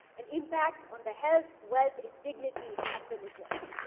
an impact on the health, wealth, and dignity of villagers.